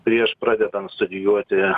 prieš pradedant studijuoti